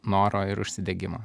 noro ir užsidegimo